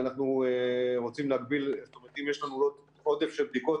אם יש לנו עודף של בדיקות,